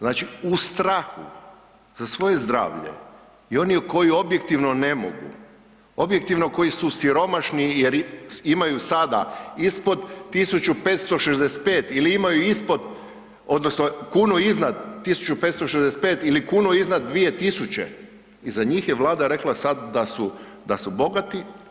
Znači, u strahu za svoje zdravlje i oni koji objektivno ne mogu, objektivno koji su siromašni jer imaju sada ispod 1.565,00 ili imaju ispod odnosno kunu iznad 1.565,00 ili kunu iznad 2.000,00 i za njih je Vlada rekla sad da su, da su bogati.